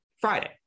Friday